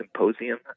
symposium